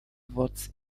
awards